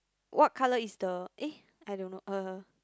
what color is the eh I don't know uh